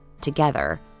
together